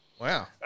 Wow